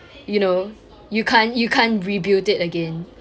you know you can't you can't rebuild it again